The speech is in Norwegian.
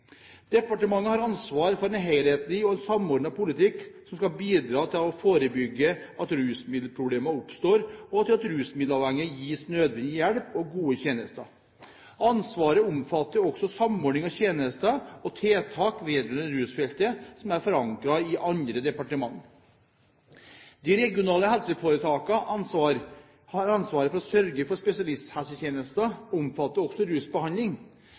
Departementet har ansvar for en helhetlig og samordnet politikk, som skal bidra til å forebygge at rusmiddelproblemer oppstår, og til at rusmiddelavhengige gis nødvendig hjelp og gode tjenester. Ansvaret omfatter også samordning av tjenester og tiltak vedrørende rusfeltet som er forankret i andre departementer. De regionale helseforetakenes ansvar for å sørge for spesialisthelsetjenester omfatter også rusbehandling.